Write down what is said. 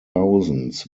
thousands